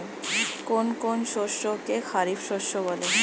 কোন কোন শস্যকে খারিফ শস্য বলা হয়?